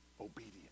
obedient